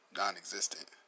non-existent